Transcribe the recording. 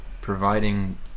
providing